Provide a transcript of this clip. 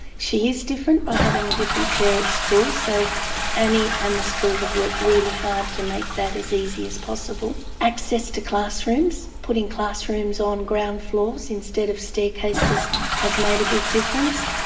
she is different by having a different chair at school so annie and the school have worked really hard to make that as easy as possible. access to classrooms, putting classrooms on ground floors instead of staircases has made a big difference.